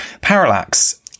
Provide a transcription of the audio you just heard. parallax